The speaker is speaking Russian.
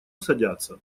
садятся